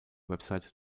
website